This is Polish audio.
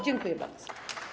Dziękuję bardzo.